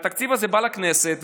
והתקציב הזה בא לכנסת.